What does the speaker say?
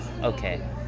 okay